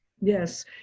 yes